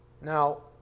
Now